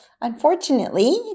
unfortunately